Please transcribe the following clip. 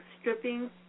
stripping